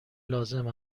لازم